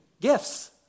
gifts